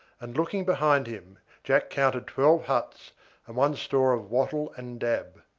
and looking behind him jack counted twelve huts and one store of wattle-and-dab.